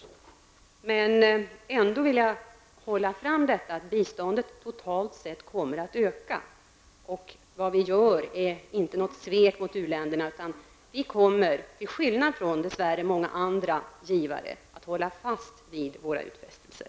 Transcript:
Men ändå vill jag hålla fram att biståndet totalt sett kommer att öka och att det som vi gör inte är något svek mot u-länderna. Vi kommer i stället, till skillnad från många andra givarländer, att hålla fast vid våra utfästelser.